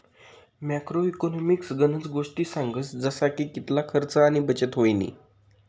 macro economics गनज गोष्टी सांगस जसा की कितला खर्च आणि बचत व्हयनी